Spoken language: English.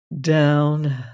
down